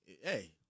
Hey